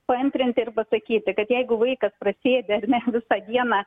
paantrinti ir pasakyti kad jeigu vaikas prasėdi ar ne visą dieną